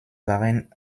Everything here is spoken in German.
waren